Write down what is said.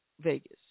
Vegas